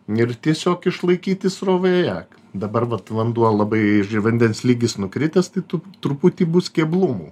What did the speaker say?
ir tiesiog išlaikyti srovėje dabar vat vanduo labai vandens lygis nukritęs tai tu truputį bus keblumų